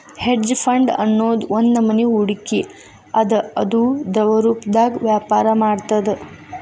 hedge fund ಅನ್ನೊದ್ ಒಂದ್ನಮನಿ ಹೂಡ್ಕಿ ಅದ ಅದು ದ್ರವರೂಪ್ದಾಗ ವ್ಯಾಪರ ಮಾಡ್ತದ